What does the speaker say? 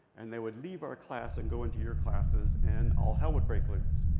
and they would leave our class and go into your classes, and all hell would break loose.